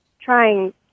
trying